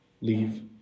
leave